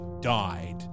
died